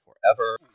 forever